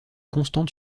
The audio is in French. constante